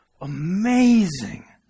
amazing